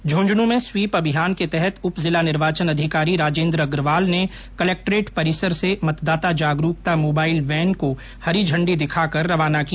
झंझन् में स्वीप अभियान के तहत उप जिला निर्वाचन अधिकारी राजेन्द्र अग्रवाल ने कलेक्ट्रेट परिसर से मतदाता जागरूकता मोबाइल वैन को हरी झंडी दिखाकर रवाना किया